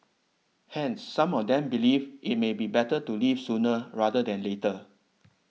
hence some of them believe it may be better to leave sooner rather than later